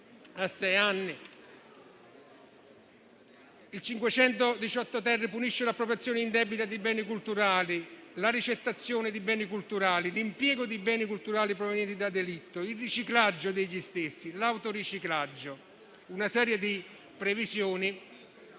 518-*ter* punisce l'appropriazione indebita di beni culturali, la ricettazione di beni culturali, l'impiego di beni culturali provenienti da delitto, il riciclaggio degli stessi e l'autoriciclaggio. Una serie di previsioni